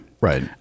right